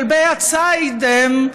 כלבי הציד הם,